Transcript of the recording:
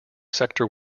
sector